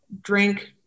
drink